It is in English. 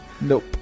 Nope